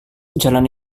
jalan